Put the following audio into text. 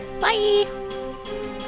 Bye